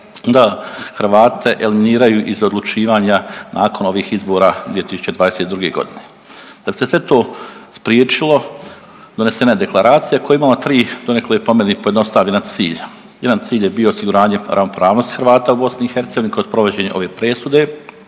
da Hrvate eliminiraju iz odlučivanja nakon ovih izbora 2022. godine. Da bi se sve to spriječilo donesena je Deklaracija koja je imala tri donekle po meni pojednostavljena cilja. Jedan cilj je bio osiguranje ravnopravnosti Hrvata u BiH kroz provođenje ove presude,